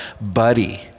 buddy